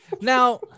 now